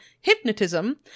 hypnotism